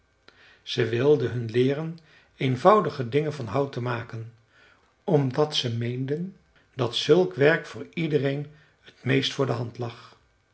ze wilden hun leeren eenvoudige dingen van hout te maken omdat ze meenden dat zulk werk voor iedereen t meest voor de hand lag